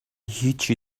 هیچی